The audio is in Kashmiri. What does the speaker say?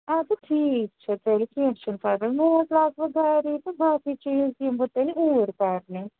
اَدٕ ٹھیٖک چھُ تیٚلہِ کیٚنٛہہ چھُنہٕ پَرواے مےٚ اوس ؤنۍتو راتہٕ پٮ۪ٹھ دررِی تہٕ باقٕے چیٖز یِمہٕ بہٕ تیٚلہِ اوٗرۍ کَرنہِ